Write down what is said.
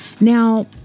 now